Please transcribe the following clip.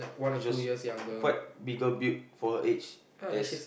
is just quite bigger build for her age as